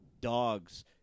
dogs